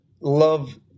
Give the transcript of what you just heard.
love